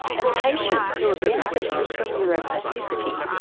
and patients who are benefiting from neuroplasticity,